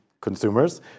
consumers